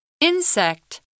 Insect